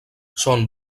són